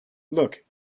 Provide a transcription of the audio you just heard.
look